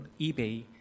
eBay